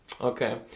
okay